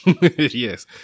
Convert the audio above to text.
Yes